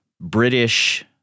British